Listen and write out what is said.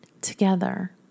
together